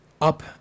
up